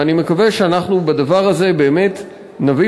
ואני מקווה שבדבר הזה אנחנו באמת נביא